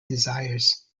desires